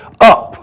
up